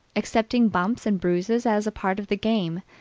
accepting bumps and bruises as part of the game,